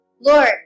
Lord